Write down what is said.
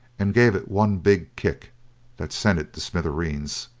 and gave it one big kick that sent it to smithereens.